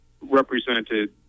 represented